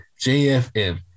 JFM